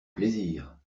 plaisir